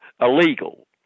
illegal